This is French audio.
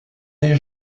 des